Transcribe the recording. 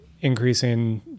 increasing